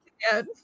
yes